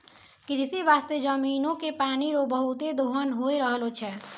कृषि बास्ते जमीनो के पानी रो बहुते दोहन होय रहलो छै